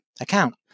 account